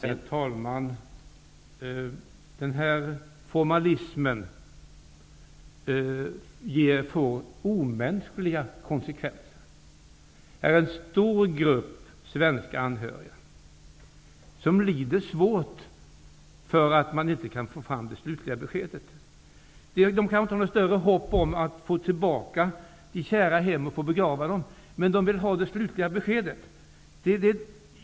Herr talman! Denna formalism får omänskliga konsekvenser för en stor grupp svenska anhöriga som lider svårt för att man inte kan få fram det slutliga beskedet. De kanske inte har något större hopp om att få de kära tillbaka hem för att begrava dem, men de vill ha det slutliga beskedet.